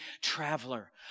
traveler